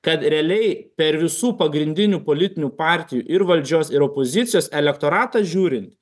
kad realiai per visų pagrindinių politinių partijų ir valdžios ir opozicijos elektoratą žiūrint